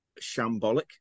Shambolic